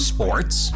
Sports